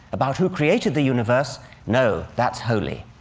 about who created the universe no, that's holy.